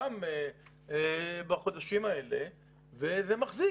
וזה מחזיק.